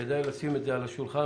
כדאי לשים את זה על השולחן,